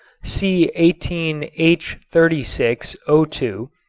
c eighteen h thirty six o two,